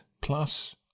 plus